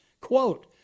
Quote